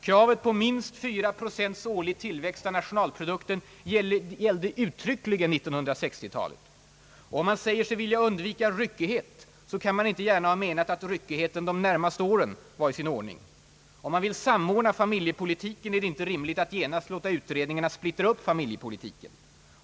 Kravet på minst 4 procents årlig tillväxt av nationalprodukten = gällde «uttryckligen 1960-talet. Om man säger sig vilja undvika ryckighet kan man inte gärna ha menat att ryckigheten de närmaste åren var i sin ordning. Om man vill samordna familjepolitiken är det inte rimligt att genast låta utredningarna splittra upp familjepolitiken.